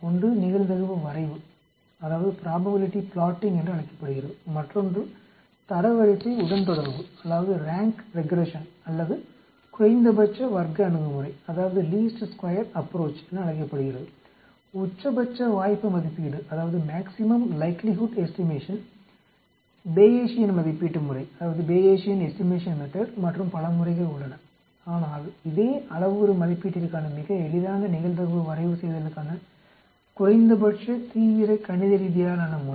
ஒன்று நிகழ்தகவு வரைவு என்று அழைக்கப்படுகிறது மற்றொன்று தரவரிசை உடன்தொடர்பு அல்லது குறைந்தபட்ச வர்க்க அணுகுமுறை என அழைக்கப்படுகிறது உச்சபட்ச வாய்ப்பு மதிப்பீடு பேயேசியன் மதிப்பீட்டு முறை மற்றும் பல முறைகள் உள்ளன ஆனால் இதுவே அளவுரு மதிப்பீட்டிற்கான மிக எளிதான நிகழ்தகவு வரைவுசெய்தலுக்கான குறைந்தபட்ச தீவிர கணிதரீதியாலான முறை